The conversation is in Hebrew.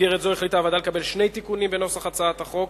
במסגרת זו החליטה הוועדה לקבל שני תיקונים בנוסח הצעת החוק.